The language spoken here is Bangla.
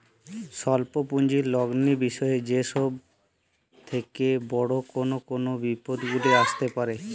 স্বল্প পুঁজির লগ্নি বিষয়ে সব থেকে বড় কোন কোন বিপদগুলি আসতে পারে?